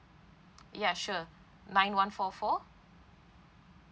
ya sure nine one four four